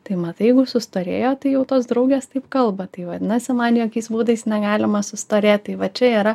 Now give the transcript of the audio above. tai matai jeigu sustorėjo tai jau tos draugės taip kalba tai vadinasi man jokiais būdais negalima sustorėt tai va čia yra